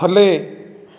ਥੱਲੇ